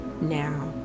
Now